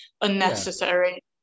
unnecessary